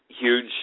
huge